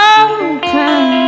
open